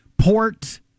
port